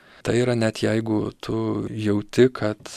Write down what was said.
tai yra net jeigu tu jauti kad